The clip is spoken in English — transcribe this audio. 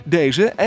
Deze